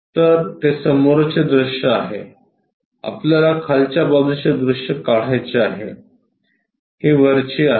तर हे समोरचे दृश्य आहे आपल्याला खालच्या बाजूचे दृश्य काढायचे आहे ही वरची आहे